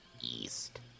East